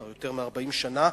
כבר לפני יותר מ-40 שנה,